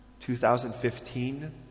2015